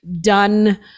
done